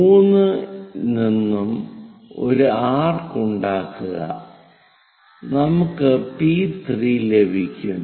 3 ഇൽ നിന്നും ഒരു ആർക്ക് ഉണ്ടാക്കുക നമുക്ക് P3 ലഭിക്കും